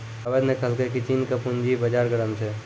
जावेद ने कहलकै की चीन के पूंजी बाजार गर्म छै